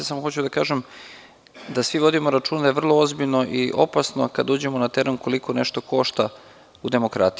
Samo hoću da kažem da svi vodimo računa, jer je vrlo ozbiljno i opasno kada uđemo na teren koliko nešto košta u demokratiji.